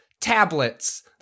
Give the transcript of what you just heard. tablets